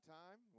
time